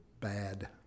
bad